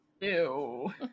Ew